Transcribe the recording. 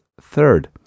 third